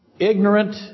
Ignorant